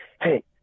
Hey